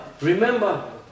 remember